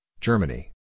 Germany